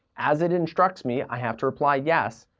as it instructs me i have to reply, yes.